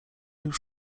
już